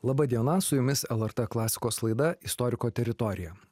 laba diena su jumis lrt klasikos laida istoriko teritorija